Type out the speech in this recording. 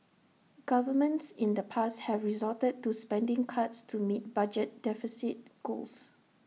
governments in the past have resorted to spending cuts to meet budget deficit goals